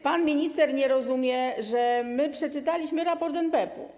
Pan minister nie rozumie, że my przeczytaliśmy raport NBP.